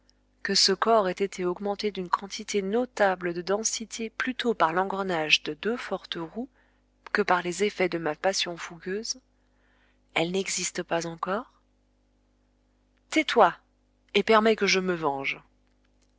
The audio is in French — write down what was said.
que ce corps ait été augmenté d'une quantité notable de densité plutôt par l'engrenage de deux fortes roues que par les effets de ma passion fougueuse elle n'existe pas encore tais-toi et permets que je me venge